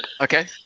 Okay